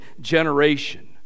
generation